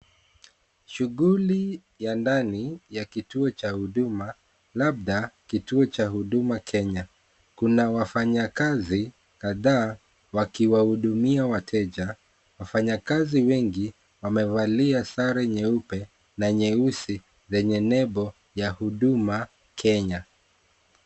Shughuli ya ndani ya kituo cha Huduma, labda kituo Cha huduma Kenya. Kuna wafanyekasi kadhaa wanawahudumia wateja. Wafanyekasi wengi wamevalia sare nyeupe na nyeusi zenye nebo ya Huduma Kenya.